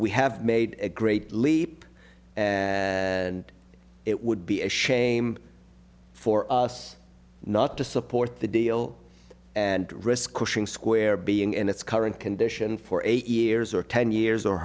we have made a great leap and it would be a shame for us not to support the deal and risk pushing square being in its current condition for eight years or ten years or